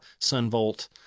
Sunvolt